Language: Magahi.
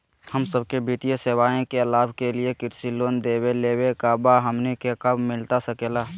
हम सबके वित्तीय सेवाएं के लाभ के लिए कृषि लोन देवे लेवे का बा, हमनी के कब मिलता सके ला?